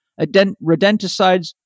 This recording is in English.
rodenticides